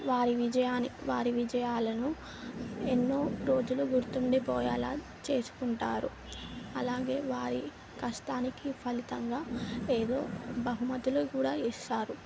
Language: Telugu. వారి విజయాని వారి విజయాలను ఎన్నో రోజులు గుర్తుండిపోయేలా చేసుకుంటారు అలాగే వారి కష్టానికి ఫలితంగా ఏదో బహుమతులు కూడా ఇస్తారు